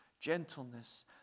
gentleness